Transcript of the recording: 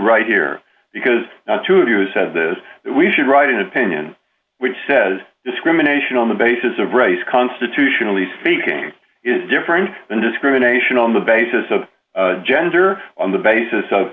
right here because to use of this we should write an opinion which says discrimination on the basis of race constitutionally speaking is different than discrimination on the basis of gender on the basis of